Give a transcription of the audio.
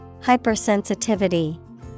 Hypersensitivity